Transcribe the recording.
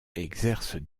exerce